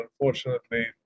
unfortunately